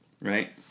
right